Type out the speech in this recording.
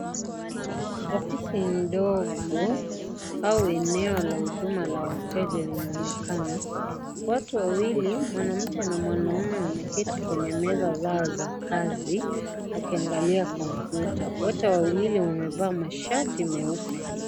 Ofisi ndogo au eneo la huduma la wateja linaonekana. Watu wawili, mwanamke na mwanaume wameketi kwenye meza zao za kazi, wakiangalia kompyuta. Wote wawili wamevaa mashati meupe.